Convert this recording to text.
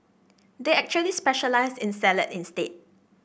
they actually specialise in salad instead